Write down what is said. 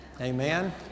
Amen